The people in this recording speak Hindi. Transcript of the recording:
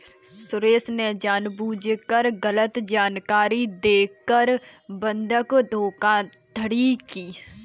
सुरेश ने जानबूझकर गलत जानकारी देकर बंधक धोखाधड़ी की